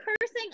cursing